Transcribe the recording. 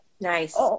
Nice